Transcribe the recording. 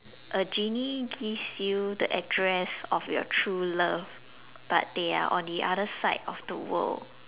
a genie gives you the address of your true love but they are on the other side of the world